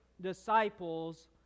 disciples